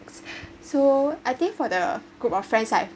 so I think for the group of friends I’ve